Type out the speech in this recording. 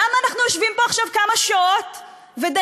למה אנחנו יושבים פה עכשיו כמה שעות ודנים?